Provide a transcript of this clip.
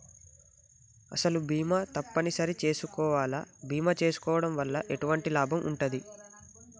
అసలు బీమా తప్పని సరి చేసుకోవాలా? బీమా చేసుకోవడం వల్ల ఎటువంటి లాభం ఉంటది?